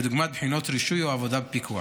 דוגמת בחינות רישוי או עבודה בפיקוח.